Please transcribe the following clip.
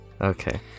Okay